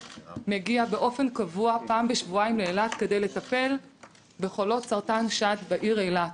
מגיע באופן קבוע פעם בשבועיים לאילת כדי לטפל בחולות סרטן שד בעיר אילת,